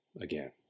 again